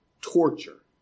torture